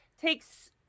takes